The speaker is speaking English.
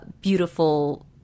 beautiful